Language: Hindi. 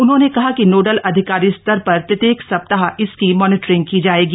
उन्होंने कहा कि नोडल अधिकारी स्तर पर प्रत्येक सप्ताह इसकी मॉनिटरिंग की जाएगी